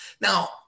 Now